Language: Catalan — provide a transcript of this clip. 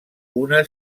una